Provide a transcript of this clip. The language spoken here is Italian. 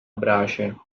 brace